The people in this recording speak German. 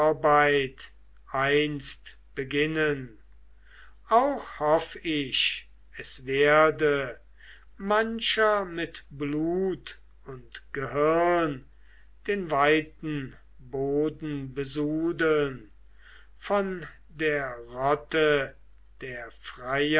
einst beginnen auch hoff ich es werde mancher mit blut und gehirn den weiten boden besudeln von der rotte der freier